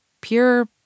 pure